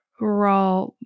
raw